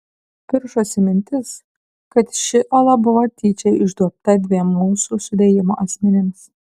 piršosi mintis kad ši ola buvo tyčia išduobta dviem mūsų sudėjimo asmenims